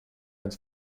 and